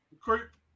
Group